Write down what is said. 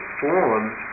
forms